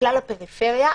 לכלל הפריפריה,